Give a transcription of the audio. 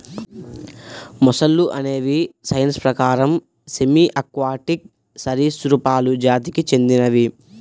మొసళ్ళు అనేవి సైన్స్ ప్రకారం సెమీ ఆక్వాటిక్ సరీసృపాలు జాతికి చెందినవి